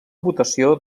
votació